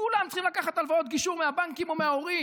כולם צריכים לקחת הלוואות גישור מהבנקים או מההורים